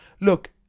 look